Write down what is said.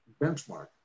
benchmark